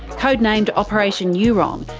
code-named operation eurong,